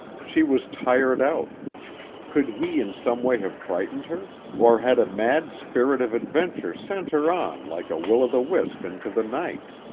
she was tired out could he in some way have frightened her, or had a mad spirit of adventure sent her on like a will-o'-the-wisp into the night?